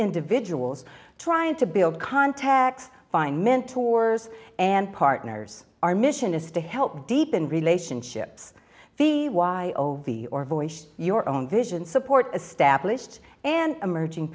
individuals trying to build contacts find mentors and partners our mission is to help deep in relationships the why ovi or voice your own vision support established and emerging